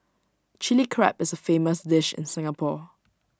Chilli Crab is A famous dish in Singapore